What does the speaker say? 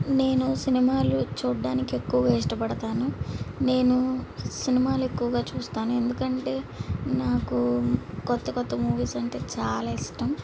నేను సినిమాలు చూడటానికి ఎక్కువగా ఇష్టపడతాను నేను సినిమాలు ఎక్కువగా చూస్తాను ఎందుకంటే నాకు కొత్త కొత్త మూవీస్ అంటే చాలా ఇష్టం